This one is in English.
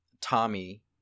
tommy